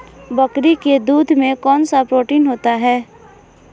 बकरी के दूध में कौनसा प्रोटीन होता है?